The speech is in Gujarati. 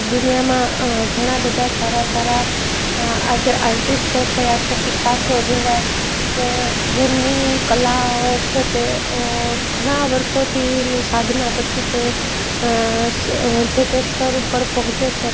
દુનિયામાં ઘણાબધા સારા સારા આજે આર્ટિસ્ટો થયા છે પિકાસો જેવા કે જેમની કલાઓ છે તે ઘણા વરસોથી એની સાધન પછી તે જે તે સ્તર ઉપર પહોંચે છે